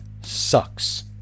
sucks